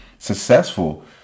successful